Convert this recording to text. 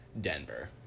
Denver